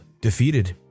defeated